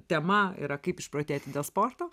tema yra kaip išprotėti dėl sporto